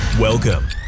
Welcome